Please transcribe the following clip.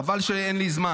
חבל שאין לי זמן.